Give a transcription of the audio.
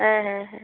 হ্যাঁ হ্যাঁ হ্যাঁ